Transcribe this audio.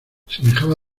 semejaba